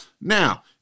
Now